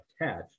attached